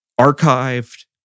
archived